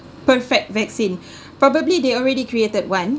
perfect vaccine probably they already created one